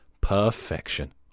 Perfection